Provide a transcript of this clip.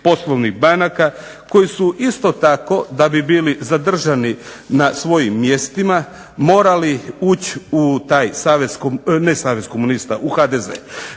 poslovnih banaka koji su isto tako da bi bili zadržani na svojim mjestima morali ući u taj Savez komunista. Ne Savez komunista u HDZ.